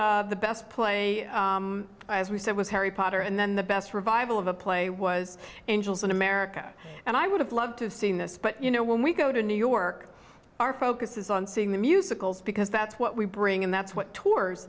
the best play as we said was harry potter and then the best revival of a play was in america and i would have loved to have seen this but you know when we go to new york our focus is on seeing the musicals because that's what we bring and that's what tours